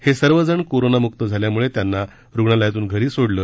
हे सर्व जण कोरोनामुक्त झाल्यामुळे त्यांना रुग्णालयातून घरी सोडलं